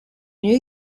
new